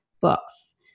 books